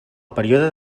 període